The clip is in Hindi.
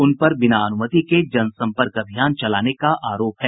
उन पर बिना अनुमति के जनसंपर्क अभियान चलाने का आरोप है